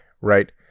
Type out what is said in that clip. right